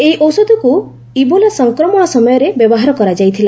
ଏହି ଔଷଧକୁ ଇବୋଲା ସଂକ୍ରମଣ ସମୟରେ ବ୍ୟବହାର କରାଯାଉଥିଲା